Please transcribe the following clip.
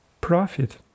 profit